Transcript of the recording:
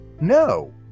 no